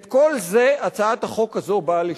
את כל זה הצעת החוק הזאת באה לשנות.